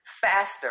faster